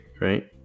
right